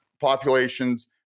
populations